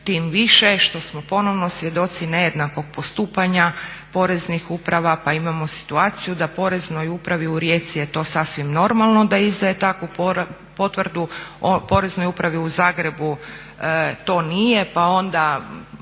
tim više što smo ponovno svjedoci nejednakog postupanja poreznih uprava. Pa imamo situaciju da Poreznoj upravi, u Rijeci je to sasvim normalno da izdaje takvu potvrdu, Poreznoj upravi u Zagrebu to nije, pa onda